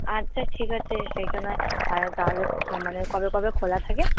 আচ্ছা ঠিক আছে সেইটা নয় আর তাহলে মানে কবে কবে খোলা থাকে